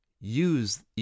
use